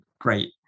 great